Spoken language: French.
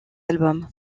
album